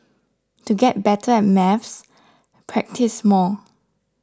to get better at maths practise more